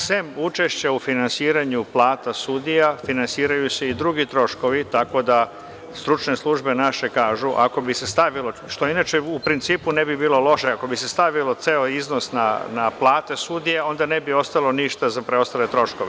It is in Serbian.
Osim učešća u finansiranju plata sudija, finansiraju se i drugi troškovi, tako da naše stručne službe kažu, što inače u principu ne bi bilo loše, ako bi se stavio ceo iznos na plate sudija, onda ne bi ostalo ništa za preostale troškove.